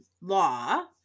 law